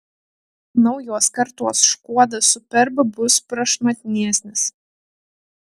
naujos kartos škoda superb bus prašmatnesnis